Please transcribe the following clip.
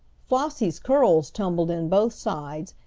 flossie's curls tumbled in both sides,